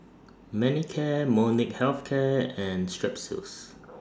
Manicare Molnylcke Health Care and Strepsils